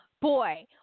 Boy